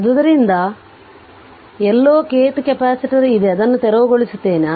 ಆದ್ದರಿಂದ ಎಲ್ಲೋ kth capacitor ಇದೆ ಅದನ್ನು ತೆರವುಗೊಳಿಸುತ್ತೇನೆ